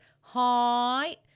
hi